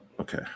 Okay